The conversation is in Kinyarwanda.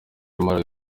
malawi